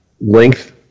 length